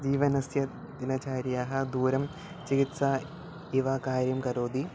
जीवनस्य दिनचर्याः दूरं चिकित्सा इव कार्यं करोति